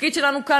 התפקיד שלנו כאן,